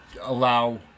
allow